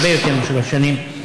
הרבה יותר משלוש שנים,